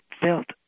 felt